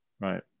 Right